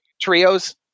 trios